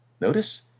Notice